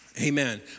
Amen